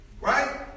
Right